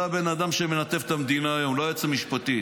זה הבן אדם שמנתב את המדינה היום ולא היועצת המשפטית,